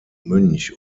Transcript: münch